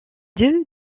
deux